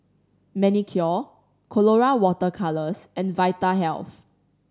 Manicare Colora Water Colours and Vitahealth